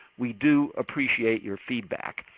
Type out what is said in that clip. we do appreciate your feedback.